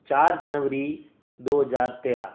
چار جنوری دو ہزار تیرہ